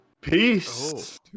peace